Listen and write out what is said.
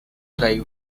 play